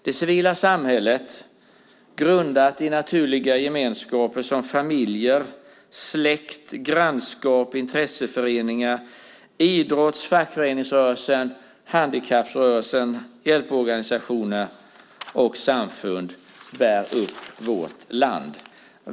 Det civila samhället, grundat i naturliga gemenskaper som familjer, släkt, grannskap, intresseföreningar, idrotts-, fackförenings och handikapprörelsen, hjälporganisationer och samfund bär upp vårt land.